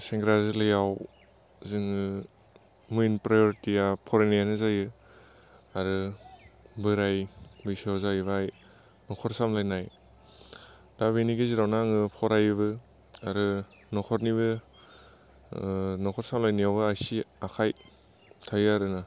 सेंग्रा जोलैयाव जोङो मैन प्राय'रिटि या फरायनायानो जायो आरो बोराइ बैसोयाव जाहैबाय न'खर सामलायनाय दा बेनि गेजेरावनो आङो फरायोबो आरो न'खरनिबो न'खर सालायनायावबो आसि आखाय थायो आरो ना